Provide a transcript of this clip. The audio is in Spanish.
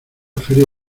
feria